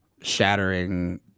shattering